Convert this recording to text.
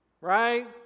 Right